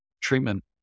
treatment